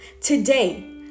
today